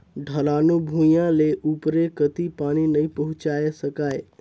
ढलानू भुइयां ले उपरे कति पानी नइ पहुचाये सकाय